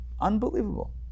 Unbelievable